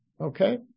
Okay